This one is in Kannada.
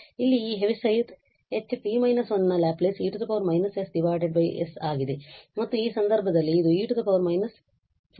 ಇಲ್ಲಿ ಈ ಹೆವಿಸೈಡ್ H t − 1 ನ ಲ್ಯಾಪ್ಲೇಸ್ e −s s ಆಗಿದೆ ಮತ್ತು ಈ ಸಂದರ್ಭದಲ್ಲಿ ಇದು e −5s s ಆಗಿದೆ